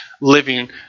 living